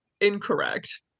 incorrect